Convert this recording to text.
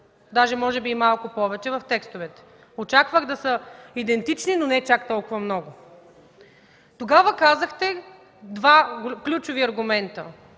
даже може би малко повече в текстовете. Очаквах да са идентични, но не чак толкова много. Тогава казахте два ключови аргумента: